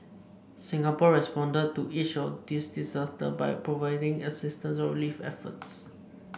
Singapore responded to each of these disasters by providing assistance or relief efforts